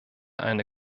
eine